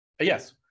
Yes